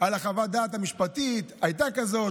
על חוות הדעת המשפטית: הייתה כזאת,